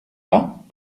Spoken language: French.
pas